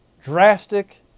drastic